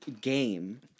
game